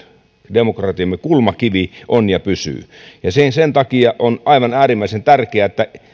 demokratiamme kulmakivi on ja pysyy sen takia on aivan äärimmäisen tärkeää että